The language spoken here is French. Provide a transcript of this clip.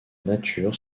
nature